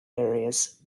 areas